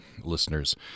listeners